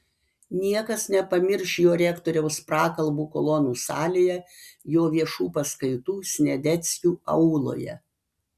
niekas nepamirš jo rektoriaus prakalbų kolonų salėje jo viešų paskaitų sniadeckių auloje